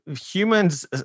Humans